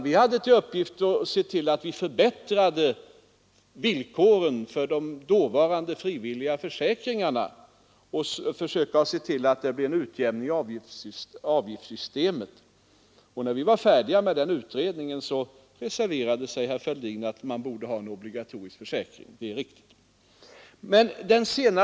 Vi hade till uppgift att förbättra villkoren i de dåvarande frivilliga försäkringarna och försöka få till stånd en utjämning i avgiftssystemet. När vi var färdiga med den utredningen reserverade sig herr Fälldin och uttalade att man borde ha en obligatorisk försäkring — det är riktigt.